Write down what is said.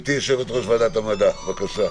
גברתי יושבת-ראש ועדת המדע, בבקשה.